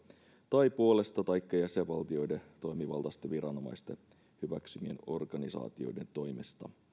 tai puolesta taikka jäsenvaltioiden toimivaltaisten viranomaisten hyväksymien organisaatioiden toimesta